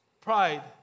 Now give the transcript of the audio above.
Pride